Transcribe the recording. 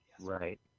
Right